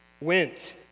went